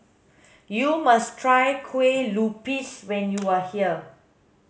you must try kueh lupis when you are here